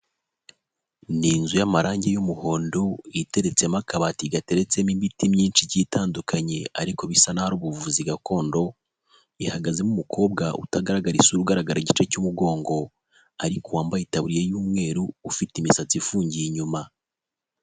Ni inzu y'amarangi y'umuhondo, iteretsemo akabati gateretsemo imiti myinshi igiye itandukanye, ariko bisa n'aho ari ubuvuzi gakondo, ihagazemo umukobwa utagaragara isura ugaragara igice cy'umugongo ariko wambaye itaburiya y'umweru ufite imisatsi ifungiye inyuma.